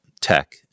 tech